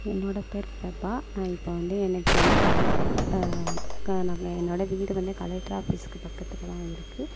என்னோடய பேர் பிரபா நான் இப்போ வந்து எனக்கு வந்து கலெக்டர் இப்போ நாங்கள் என்னோட வீடு வந்து கலெக்டர் ஆஃபிஸுக்கு பக்கத்தில் தான் இருக்குது